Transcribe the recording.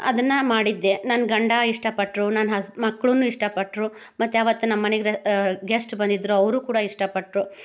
ಅದನ್ನು ಮಾಡಿದ್ದೆ ನನ್ನ ಗಂಡ ಇಷ್ಟ ಪಟ್ಟರು ನನ್ನ ಹಸ್ ಮಕ್ಳೂ ಇಷ್ಟ ಪಟ್ಟರು ಮತ್ತು ಅವತ್ತು ನಮ್ಮ ಮನೆಗ್ ರ ಗೆಸ್ಟ್ ಬಂದಿದ್ದರು ಅವರು ಕೂಡ ಇಷ್ಟ ಪಟ್ಟರು